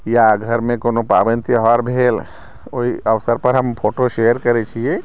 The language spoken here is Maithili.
या घरमे कोनो पाबनि तिहार भेल ओहि अवसर पर हम फोटो शेयर करै छियै